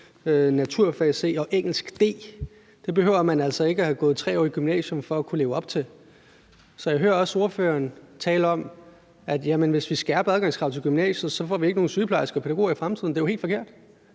naturfag C og engelsk D. Det behøver man altså ikke at have gået 3 år i gymnasium for at kunne leve op til. Jeg hører også ordføreren tale om, at hvis vi skærper adgangskravene til gymnasiet, får vi ikke nogen sygeplejersker og pædagoger i fremtiden, men det er jo helt forkert.